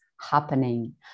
happening